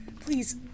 please